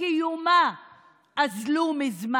"האחיכם יבאו למלחמה ואתם תשבו פה".